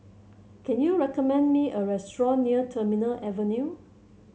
can you recommend me a restaurant near Terminal Avenue